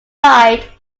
died